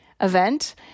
event